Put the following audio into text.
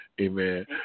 Amen